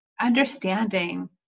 understanding